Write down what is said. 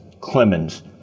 Clemens